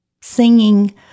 singing